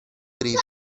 gripe